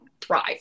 thrive